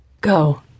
Go